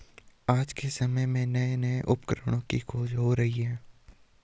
आज के समय में नये नये उपकरणों की खोज हो रही है